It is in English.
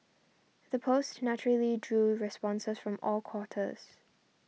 the post naturally drew responses from all quarters